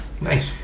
Nice